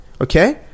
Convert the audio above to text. Okay